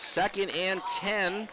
second and ten